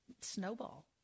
snowball